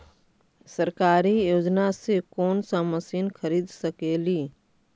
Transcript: सरकारी योजना से कोन सा मशीन खरीद सकेली?